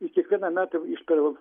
ir kiekvieną metą išpera